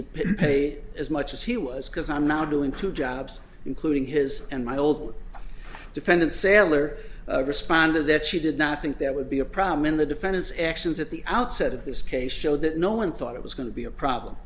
to pay as much as he was because i'm now doing two jobs including his and my old defendant saylor responded that she did not think there would be a problem in the defendant's actions at the outset of this case show that no one thought it was going to be a problem